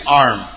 arm